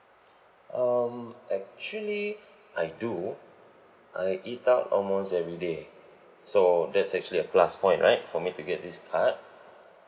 um actually I do I eat out almost everyday so that's actually a plus point right for me to get this card